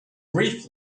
brief